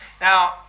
Now